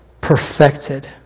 perfected